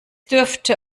dürfte